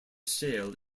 shale